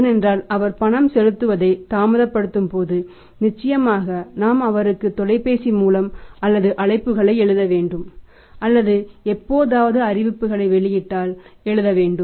ஏனென்றால் அவர் பணம் செலுத்துவதை தாமதப்படுத்தும் போது நிச்சயமாக நாம் அவருக்கு தொலைபேசி மூலம் அல்லது அழைப்புகளை எழுத வேண்டும் அல்லது எப்போதாவது அறிவிப்புகளை வெளியிட்டால் எழுத வேண்டும்